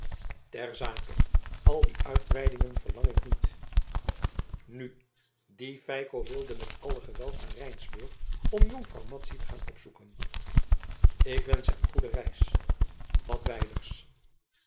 ter zake al die uitweidingen verlang ik niet nu die feiko wilde met alle geweld naar rijnsburg om jonkvrouw madzy te gaan opzoeken ik wensch hem goede reis wat wijders